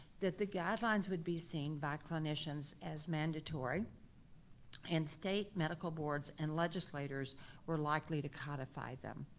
that the guidelines would be seen by clinicians as mandatory and state medical boards and legislators were likely to codify them.